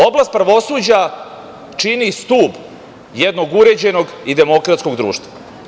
Oblast pravosuđa čini stub jednog uređenog i demokratskog društva.